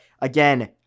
again